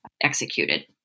executed